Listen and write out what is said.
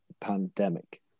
pandemic